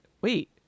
wait